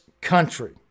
country